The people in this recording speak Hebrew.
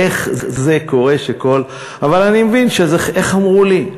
איך זה קורה שכל, אבל אני מבין שזה, איך אמרו לי?